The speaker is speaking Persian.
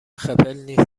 خپل